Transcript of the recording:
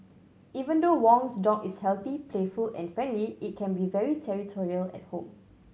even though Wong's dog is healthy playful and friendly it can be very territorial at home